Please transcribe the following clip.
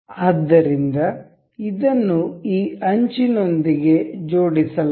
ಆದ್ದರಿಂದ ಇದನ್ನು ಈ ಅಂಚಿನೊಂದಿಗೆ ಜೋಡಿಸಲಾಗಿದೆ